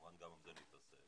כמובן גם בזה נתעסק